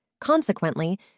Consequently